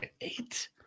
eight